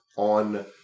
On